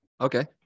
Okay